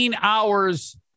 hours